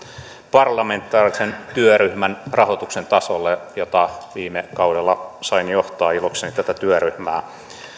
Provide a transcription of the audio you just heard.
parlamentaarisen työryhmän rahoituksen tasolle ja viime kaudella sain johtaa ilokseni tätä työryhmää